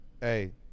hey